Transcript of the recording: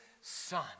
Son